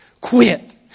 quit